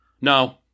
No